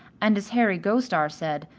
and as harry gostar said,